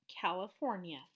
California